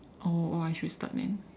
oh !wah! I should start man